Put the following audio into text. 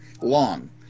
Long